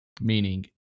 meaning